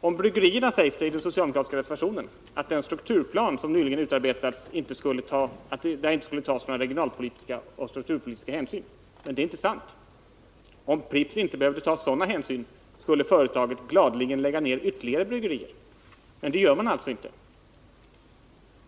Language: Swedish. Om bryggerierna sägs det i den socialdemokratiska reservationen att det i den strukturplan som nyligen utarbetats inte skulle tas några regionalpolitiska och strukturpolitiska hänsyn. Det är inte sant. Om Pripps inte behövde ta sådana hänsyn skulle företaget gladeligen lägga ner ytterligare bryggerier, men det gör man alltså inte.